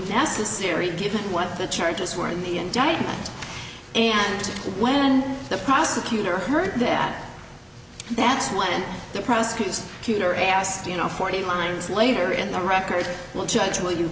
necessary given what the charges were in the indictment and when the prosecutor heard that that's when the prosecutor peter asked you know forty lines later in the record well judge will you